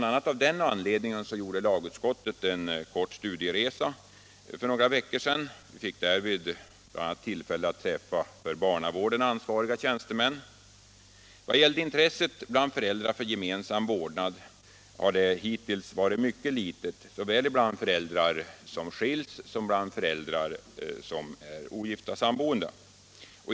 a. av den anledningen gjorde lagutskottet för några veckor sedan en kort studieresa. Vi fick då tillfälle att träffa bl.a. för barnavården ansvariga tjänstemän. Det framkom vid samtal att intresset hos föräldrarna för gemensam vårdnad hittills varit mycket litet, såväl bland föräldrar som skilts som bland ogifta sammanboende föräldrar.